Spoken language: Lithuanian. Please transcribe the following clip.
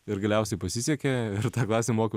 ir galiausiai pasisekė ir tą klasę mokiau